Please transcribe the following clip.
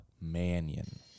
Mannion